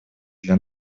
для